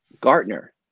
Gartner